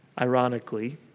ironically